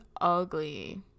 ugly